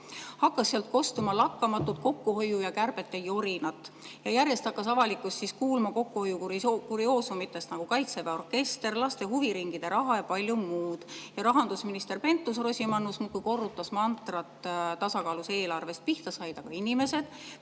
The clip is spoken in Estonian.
hakkas sealt kostma lakkamatut kokkuhoiu ja kärbete jorinat. Järjest hakkas avalikkus kuulma kokkuhoiu kurioosumitest, nagu Kaitseväe orkester, laste huviringide raha ja palju muud. Rahandusminister Pentus-Rosimannus muudkui korrutas mantrat tasakaalus eelarvest. Pihta said aga inimesed,